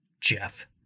Jeff